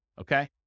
Okay